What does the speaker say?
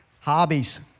Hobbies